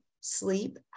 sleep